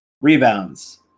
rebounds